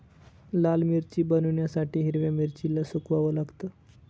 लाल मिरची बनवण्यासाठी हिरव्या मिरचीला सुकवाव लागतं